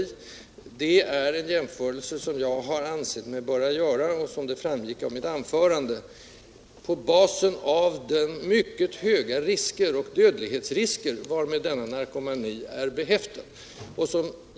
Jag vill understryka att det är en jämförelse jag har ansett mig böra göra — som framgick av mitt anförande — på basen av den mycket höga dödlighetsrisk varmed narkomanin är behäftad.